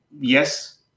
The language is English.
yes